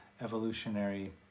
evolutionary